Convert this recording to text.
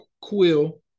quill